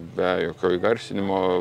be jokio įgarsinimo